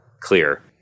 clear